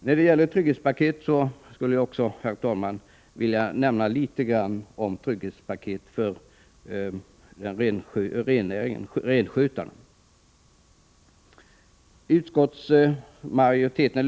När det gäller trygghetspaket skulle jag också, herr talman, vilja nämna litet om trygghetspaket för renskötare.